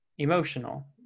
emotional